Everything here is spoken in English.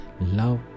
love